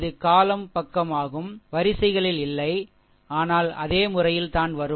இது column ப் பக்கம் ஆகும் வரிசைகளில் இல்லை ஆனால் அதே முறையில் தான் வரும்